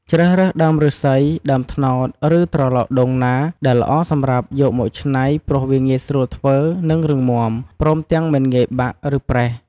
ជ្រើសរើសដើមឫស្សី ដើមត្នោត ឬត្រឡោកដូងណាដែលល្អសម្រាប់យកមកច្នៃ ព្រោះវាងាយស្រួលធ្វើនិងរឹងមាំ ព្រមទាំងមិនងាយបាក់ ឬប្រេះ។